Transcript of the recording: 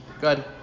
Good